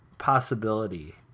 possibility